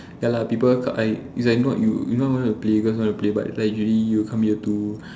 ya lah people if not you if not you not wanna play you not gonna play but is like actually you come here to